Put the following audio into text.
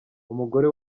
umugore